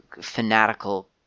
fanatical